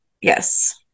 Yes